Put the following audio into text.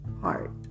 heart